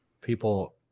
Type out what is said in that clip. people